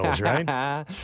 right